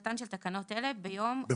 תחילתן של תקנות אלה ביום 1.4.2023." כלומר,